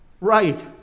right